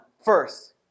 first